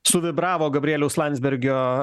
suvibravo gabrieliaus landsbergio